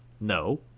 no